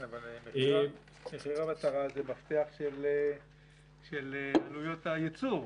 כן, אבל מחיר המטרה הוא מפתח של עלויות הייצור.